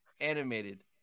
animated